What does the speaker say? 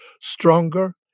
stronger